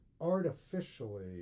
artificially